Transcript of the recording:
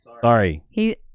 Sorry